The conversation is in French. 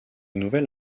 nouvel